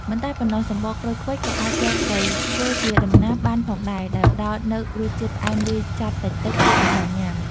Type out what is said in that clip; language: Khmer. មិនតែប៉ុណ្ណោះ សំបកក្រូចឃ្វិចក៏អាចយកទៅធ្វើជា ដំណាប់ បានផងដែរ ដែលផ្តល់នូវរសជាតិផ្អែមលាយចត់តិចៗ គួរឲ្យចង់ញ៉ាំ។